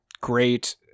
great